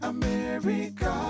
America